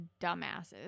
dumbasses